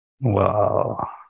Wow